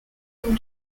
from